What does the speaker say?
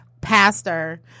Pastor